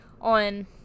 on